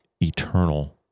eternal